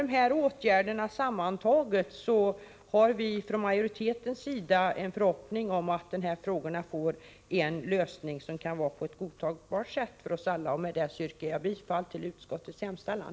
De här åtgärderna sammantagna gör att utskottsmajoriteten har en förhoppning om att frågorna får en lösning som kan vara godtagbar för oss alla. Med det yrkar jag bifall till utskottets hemställan.